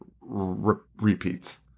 repeats